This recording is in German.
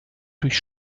durch